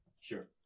sure